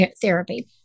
therapy